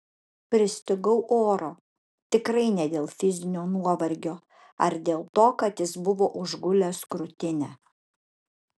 pristigau oro tikrai ne dėl fizinio nuovargio ar dėl to kad jis buvo užgulęs krūtinę